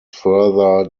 further